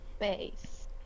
space